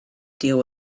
deal